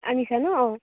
আনিছা ন অঁ